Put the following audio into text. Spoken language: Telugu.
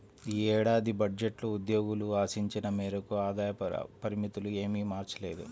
ఈ ఏడాది బడ్జెట్లో ఉద్యోగులు ఆశించిన మేరకు ఆదాయ పరిమితులు ఏమీ మార్చలేదు